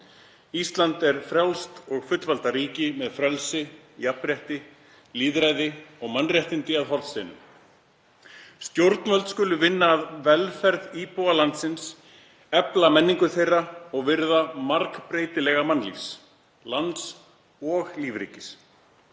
Ísland er frjálst og fullvalda ríki með frelsi, jafnrétti, lýðræði og mannréttindi að hornsteinum. Stjórnvöld skulu vinna að velferð íbúa landsins, efla menningu þeirra og virða margbreytileika mannlífs, lands og lífríkis.